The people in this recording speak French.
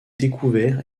découvert